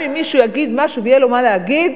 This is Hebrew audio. גם אם מישהו יגיד משהו ויהיה לו מה להגיד,